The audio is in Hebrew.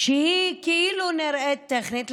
שהיא כאילו נראית טכנית,